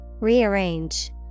Rearrange